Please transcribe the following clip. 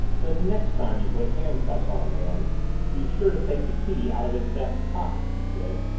the next time you put handcuffs on a man be sure to take the key out of his vest pocket, he said,